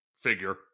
figure